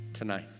tonight